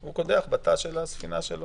הוא קודח בתא שלו בספינה.